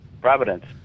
Providence